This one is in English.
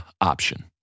option